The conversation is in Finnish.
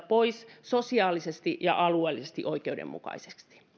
pois fossiilitaloudesta sosiaalisesti ja alueellisesti oikeudenmukaisesti